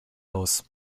aus